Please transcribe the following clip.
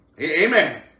Amen